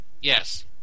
Yes